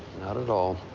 not at all.